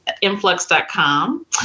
influx.com